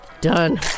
Done